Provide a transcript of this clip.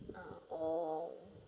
ah oh